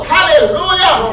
Hallelujah